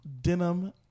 denim